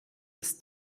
des